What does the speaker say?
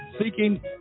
seeking